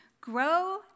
grow